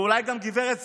ואולי גם גב' סילמן,